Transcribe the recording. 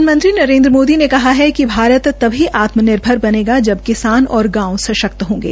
प्रधानमंत्री नरेन्द्र मोदी ने कहा कि भारत तभी आत्म निर्भर बनेगा जब किसान और गांव सशक्त होंगे